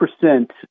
percent